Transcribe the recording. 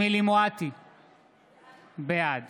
בעד